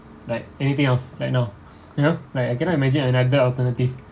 like anything else right now you know like I cannot imagine another alternative